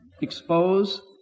expose